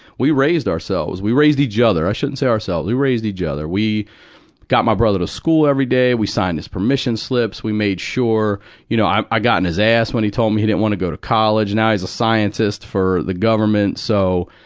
we raised ourselves. we raised each other. i shouldn't say ourselves we raised each other. we got my brother to school every day, we signed his permission slips, we made sure you know, i got on and his ass when he told me he didn't want to go to college, now he's a scientist for the government. so,